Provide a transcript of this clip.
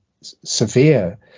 severe